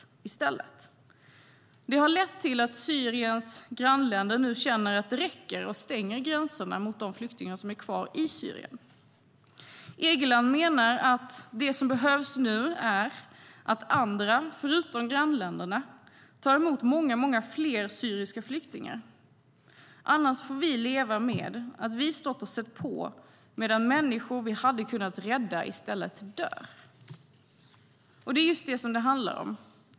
Det har lett till att Syriens grannländer känner att det räcker och stänger gränserna för de flyktingar som är kvar i Syrien.Egeland menar att "det som behövs är att andra, förutom grannländerna tar emot många, många fler syriska flyktingar. Annars får vi leva med att vi stått och sett på medan människor vi hade kunnat rädda istället dör." Det är just det som det handlar om.